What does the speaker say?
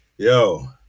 Yo